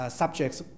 subjects